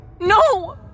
No